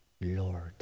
Lord